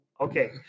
Okay